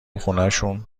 خونشون